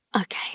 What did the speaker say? Okay